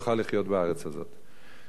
די אם נתבונן במה שקורה בסוריה,